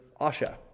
asha